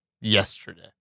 yesterday